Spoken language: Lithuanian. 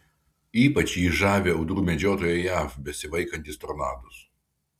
ypač jį žavi audrų medžiotojai jav besivaikantys tornadus